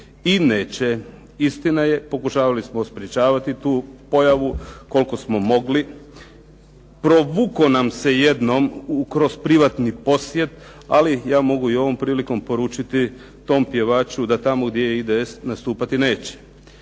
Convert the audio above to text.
I neće. Istina je, pokušavali smo sprječavati tu pojavu koliko smo mogli. Provukao nam se jednom kroz privatni posjet ali ja mogu i ovom prilikom poručiti tom pjevaču da tamo gdje je IDS nastupati neće.